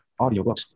Audiobooks